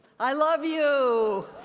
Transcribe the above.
i love you.